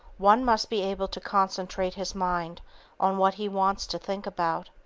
one must be able to concentrate his mind on what he wants to think about.